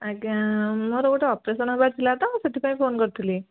ଆଜ୍ଞା ମୋର ଗୋଟେ ଅପରେସନ୍ ହେବାର ଥିଲା ତ ସେଥିପାଇଁ ଫୋନ୍ କରିଥିଲି